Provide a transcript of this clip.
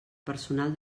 personal